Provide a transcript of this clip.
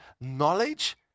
knowledge